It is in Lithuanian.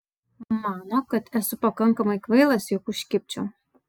mano kad esu pakankamai kvailas jog užkibčiau